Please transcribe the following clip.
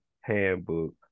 handbook